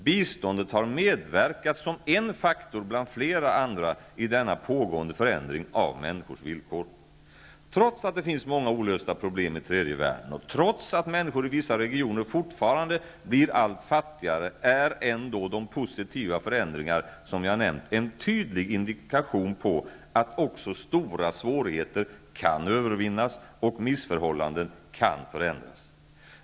Biståndet har medverkat som en faktor bland flera andra i denna pågående förändring av människors villkor. Trots att det finns många olösta problem i tredje världen och trots att människor i vissa regioner fortfarande blir allt fattigare är ändå de positiva förändringar som jag nämnt en tydlig indikation på att också stora svårigheter kan övervinnas och att missförhållanden kan förändras.